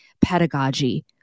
pedagogy